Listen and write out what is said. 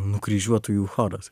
nukryžiuotųjų choras